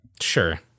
Sure